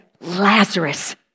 Lazarus